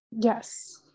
Yes